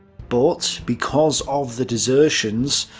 but because of the desertians,